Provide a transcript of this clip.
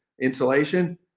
insulation